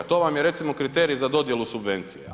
To vam je, recimo kriterij za dodjelu subvencija.